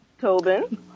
Tobin